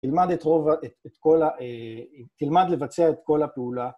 תלמד את רוב ה..את כל ה... תלמד לבצע את כל הפעולה.